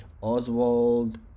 Oswald